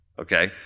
Okay